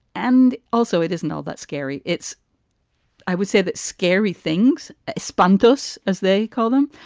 and also, it isn't all that scary. it's i would say that scary things spun those, as they call them,